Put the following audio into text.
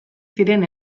ziren